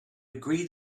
agree